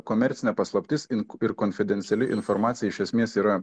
komercinė paslaptis ink ir konfidenciali informacija iš esmės yra